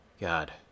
God